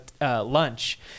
lunch